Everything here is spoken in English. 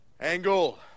Angle